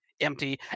empty